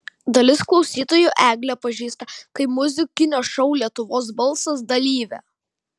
dalis klausytojų eglę pažįsta kaip muzikinio šou lietuvos balsas dalyvę